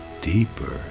deeper